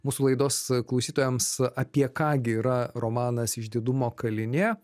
mūsų laidos klausytojams apie ką gi yra romanas išdidumo kalinė